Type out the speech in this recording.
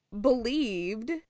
believed